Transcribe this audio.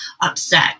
upset